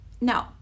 No